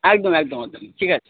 একদম একদম একদম ঠিক আছে